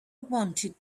wanted